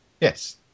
yes